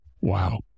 Wow